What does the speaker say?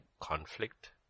conflict